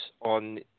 on